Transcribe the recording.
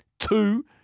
Two